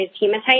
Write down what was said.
hematite